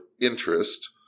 interest